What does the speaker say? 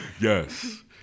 Yes